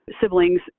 siblings